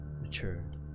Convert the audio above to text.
matured